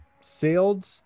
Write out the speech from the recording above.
sailed